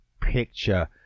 picture